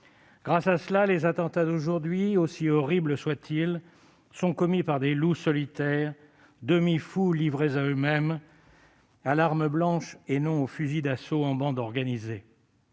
Grâce à cela, les attentats d'aujourd'hui, aussi horribles soient-ils, sont commis par des loups solitaires, demi-fous livrés à eux-mêmes, à l'arme blanche, et non au fusil d'assaut en bande organisée.